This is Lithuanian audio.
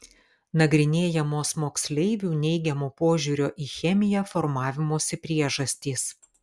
nagrinėjamos moksleivių neigiamo požiūrio į chemiją formavimosi priežastys